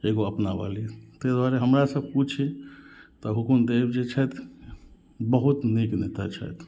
एगो अपना बाली ताहि दुआरे हमरा सब कुछ तऽ हुकुनदेव जे छथि बहुत नीक नेता छैथ